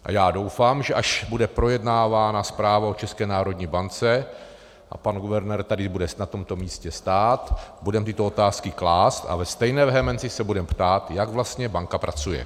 A já doufám, že až bude projednávána zpráva o České národní bance a pan guvernér tady bude na tomto místě stát, budeme tyto otázky klást a ve stejné vehemenci se budeme ptát, jak vlastně banka pracuje.